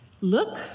Look